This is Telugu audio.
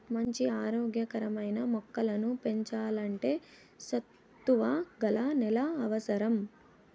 మంచి ఆరోగ్య కరమైన మొక్కలను పెంచల్లంటే సత్తువ గల నేల అవసరం